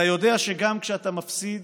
אתה יודע שגם כשאתה מפסיד,